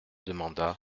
demanda